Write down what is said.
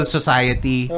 society